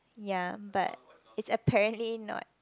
ya but it's apparently not